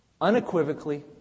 unequivocally